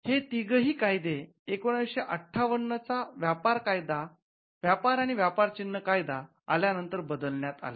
हे तिघंही कायदे १९५८ चा व्यापार आणि व्यापार चिन्हाचा कायदा आल्या नंतर बदलण्यात आले